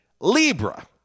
Libra